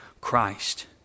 Christ